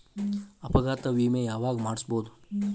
ಅಪಘಾತ ವಿಮೆ ಯಾವಗ ಮಾಡಿಸ್ಬೊದು?